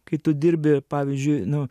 kai tu dirbi pavyzdžiui nu